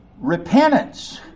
repentance